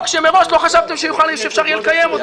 שמראש לא חשבתם שאפשר יהיה לקיים אותו.